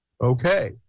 Okay